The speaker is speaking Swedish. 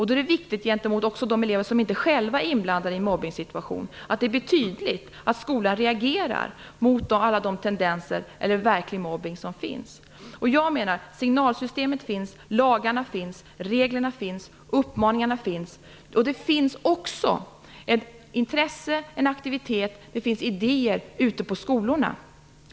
Då är det viktigt, också gentemot de elever som inte själva är inblandade i mobbningssituationen, att det blir tydligt att skolan reagerar mot de tendenser till eller verklig mobbning som finns. Jag menar att signalsystemet finns, lagarna finns, reglerna finns, uppmaningarna finns. Det finns också intresse och aktivitet, det finns idéer ute på skolorna.